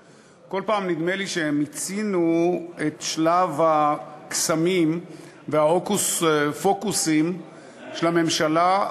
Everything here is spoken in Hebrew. כל פעם נדמה לי שמיצינו את שלב הקסמים וההוקוס-פוקוסים של הממשלה,